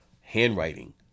handwriting